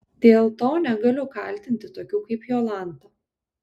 dėl to negaliu kaltinti tokių kaip jolanta